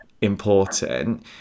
important